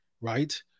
Right